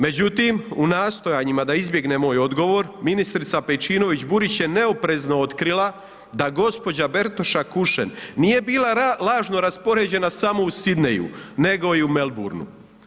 Međutim, u nastojanjima da izbjegne moj odgovor, ministrica Pejčinović Burić je neoprezno otkrila da gđa. Bertoša Kušen nije bila lažno raspoređena samo u Sydneyju nego i u Melbournu.